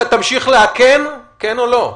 אתה תמשיך לאכן, כן או לא?